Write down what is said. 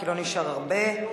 כי לא נשאר הרבה.